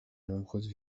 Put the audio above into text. nombreuses